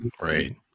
right